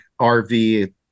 RV